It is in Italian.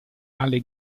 alle